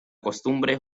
costumbre